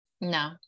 No